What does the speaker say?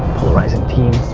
polarizing team.